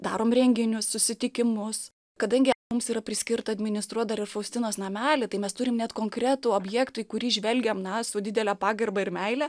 darom renginius susitikimus kadangi mums yra priskirta administruot dar ir faustinos namelį tai mes turim net konkretų objektą į kurį žvelgiam na su didele pagarba ir meile